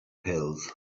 pills